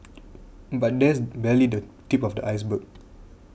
but that's barely the tip of the iceberg